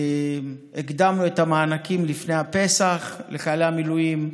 הקדמנו את המענקים לפני הפסח לחיילי המילואים,